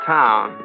town